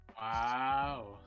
Wow